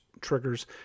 triggers